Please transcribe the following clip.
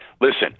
listen